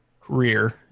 career